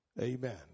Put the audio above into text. Amen